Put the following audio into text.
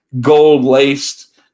gold-laced